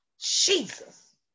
Jesus